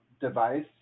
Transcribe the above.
device